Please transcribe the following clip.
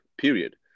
period